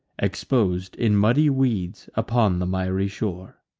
expos'd, in muddy weeds, upon the miry shore.